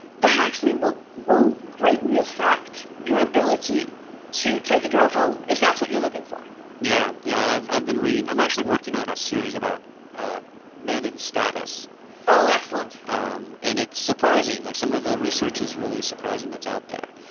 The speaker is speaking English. that actually will will greatly affect your ability to take a girl home if that's what you're looking for yeah. yeah i've i've been reading, i'm actually working on a series about men and status oh, excellent um and it's surprising like some of the research is really surprising that's out there.